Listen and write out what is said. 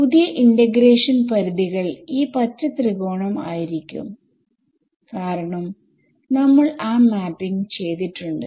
പുതിയ ഇന്റെഗ്രേഷൻ പരിധികൾ ഈ പച്ച ത്രികോണം ആയിരിക്കും കാരണം നമ്മൾ ആ മാപ്പിങ് ചെയ്തിട്ടുണ്ട്